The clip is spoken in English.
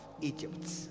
Egypt